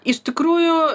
iš tikrųjų